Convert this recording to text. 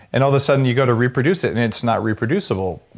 and all of a sudden you go to reproduce it and it's not reproducible.